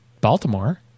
baltimore